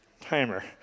timer